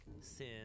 sin